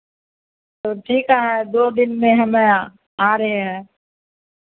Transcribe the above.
तो ठीक है दो दिन में हम आ रहे हैं